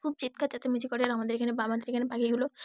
খুব চিৎকার চেঁচামেচি করে আর আমাদের এখানে বা আমাদের এখানে পাখিগুলো